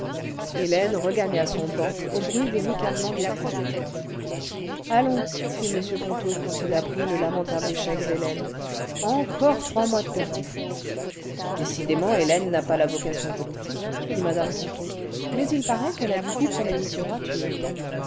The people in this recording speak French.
hélène regagna son banc au bruit des ricanements des tribunes ce allons fit m ponto quand il apprit le lamentable échec d'hélène encore trois mois de perdus décidément hélène n'a pas la vocation politique dit mmc ponto mais il paraît qu'elle a du goût pour la littérature